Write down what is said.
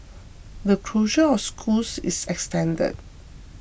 the closure of schools is extended